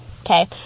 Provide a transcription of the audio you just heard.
Okay